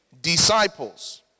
disciples